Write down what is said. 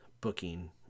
booking